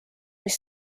mis